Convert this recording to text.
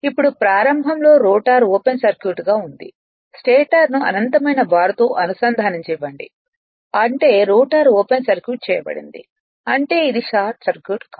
ఇప్పుడు ప్రారంభంలో rotor open circuit గా ఉంది స్టేటర్ను అనంతమైన బార్తో అనుసంధానించనివ్వండి అంటే రోటర్ ఓపెన్ సర్క్యూట్ చేయబడింది అంటే ఇది షార్ట్ సర్క్యూట్ కాదు